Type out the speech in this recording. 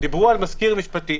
לעוזר המשפטי.